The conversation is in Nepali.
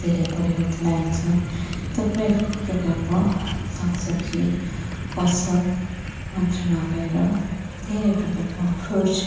धेरै परिवर्तन आएको छ थुप्रै प्रकारको साग सब्जी फसल मात्र नभएर धेरै प्रकारको फ्रुट्स